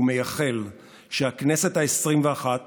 ומייחל שהכנסת העשרים-ואחת